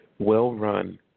well-run